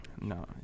No